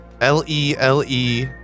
L-E-L-E